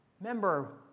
Remember